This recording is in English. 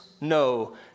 no